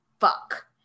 fuck